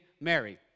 Mary